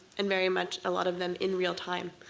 and very much, a lot of them, in real time.